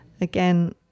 again